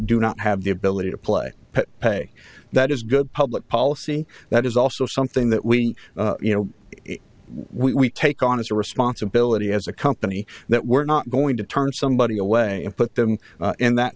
do not have the ability to play pay that is good public policy that is also something that we you know we take on as a responsibility as a company that we're not going to turn somebody away and put them in that